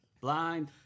Blind